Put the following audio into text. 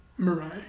Mirai